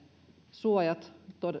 suojat